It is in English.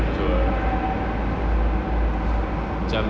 to a